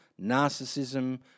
narcissism